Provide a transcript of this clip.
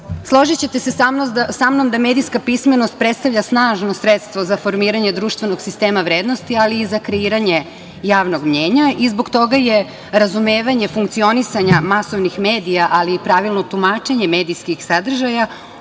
izloženo. Složićete se sa mnom da medijska pismenost predstavlja snažno sredstvo za formiranje društvenog sistema vrednosti, ali i za kreiranje javnog mnjenja i zbog toga je razumevanje funkcionisanja masovnih medija ali i pravilno tumačenje medijskih sadržaja